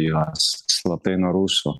juos slaptai nuo rusų